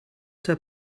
der